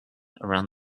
around